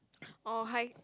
oh hide